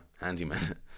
handyman